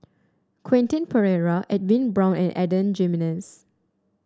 Quentin Pereira Edwin Brown and Adan Jimenez